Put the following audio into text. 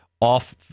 off